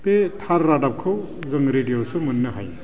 बे थार रादाबखौ जों रेदिय'आवसो मोननो हायो